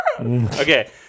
Okay